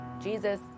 Jesus